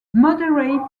moderate